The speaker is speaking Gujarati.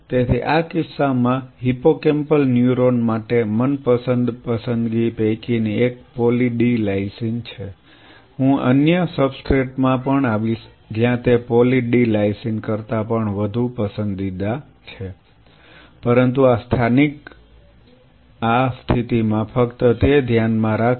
તેથી આ કિસ્સામાં હિપ્પોકેમ્પલ ન્યુરોન માટે મનપસંદ પસંદગી પૈકીની એક પોલી ડી લાઈસિન છે હું અન્ય સબસ્ટ્રેટ્સ માં પણ આવીશ જ્યાં તે પોલી ડી લાઈસિન કરતાં પણ વધુ પસંદીદા છે પરંતુ આ સ્થિતિમાં ફક્ત તે ધ્યાનમાં રાખો